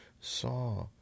saw